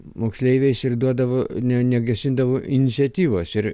moksleiviais ir duodavo negesindavo iniciatyvos ir